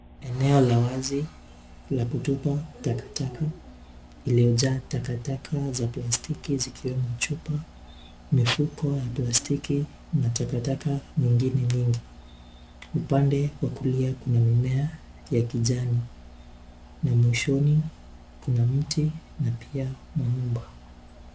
Eneo la wazi la kutupa takataka iliyojaa takataka za plastiki zikiwemo chupa, mifuko ya plastiki na takataka nyingine nyingi. Upande wa kulia, kuna mimea ya kijani na mwishoni kuna mti na pia manyumba.